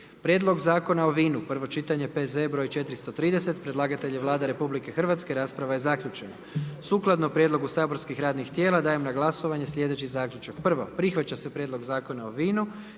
Prijedlog Zakona o vinu, prvo čitanje P.Z.E. broj 430. Predlagatelj je Vlada RH, rasprava je zaključena. Sukladno prijedlogu saborskih radnih tijela, dajem na glasovanje slijedeći zaključak. Prvo, prihvaća se Prijedlog Zakona o vinu